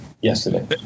yesterday